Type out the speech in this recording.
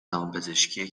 دامپزشکی